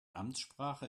amtssprache